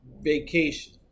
Vacation